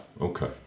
Okay